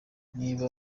niba